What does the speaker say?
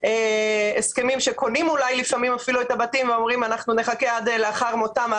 שלפעמים אפילו קונים את הבתים ואומרים שנחה עד לאחר מותם,